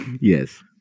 Yes